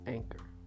Anchor